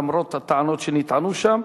למרות הטענות שנטענו שם,